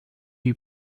you